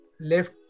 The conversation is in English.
left